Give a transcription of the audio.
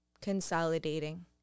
consolidating